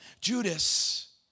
Judas